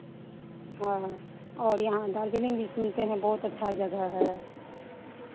हाँ और यहाँ दार्ज़िलिंग भी सुनते हैं बहुत अच्छा जगह है